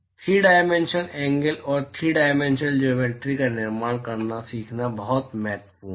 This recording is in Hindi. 3 डायमेंशनल एंगल और 3 डायमेंशनल ज्योमेट्रि का निर्माण करना सीखना बहुत महत्वपूर्ण है